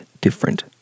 different